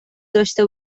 داشته